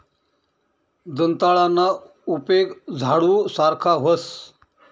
दंताळाना उपेग झाडू सारखा व्हस